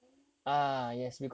mm